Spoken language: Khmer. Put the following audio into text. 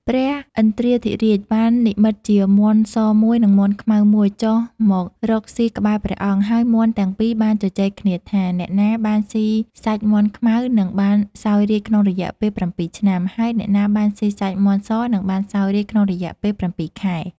ព្រះឥន្ទ្រាធិរាជបាននិម្មិតជាមាន់សមួយ និងមាន់ខ្មៅមួយ ចុះមករកស៊ីក្បែរព្រះអង្គ ហើយមាន់ទាំងពីរបានជជែកគ្នាថា អ្នកណាបានស៊ីសាច់មាន់ខ្មៅនឹងបានសោយរាជ្យក្នុងរយៈពេល ៧ ឆ្នាំ ហើយអ្នកណាបានស៊ីសាច់មាន់សនឹងបានសោយរាជ្យក្នុងរយៈពេល ៧ ខែ។